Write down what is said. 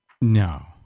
No